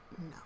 No